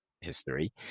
history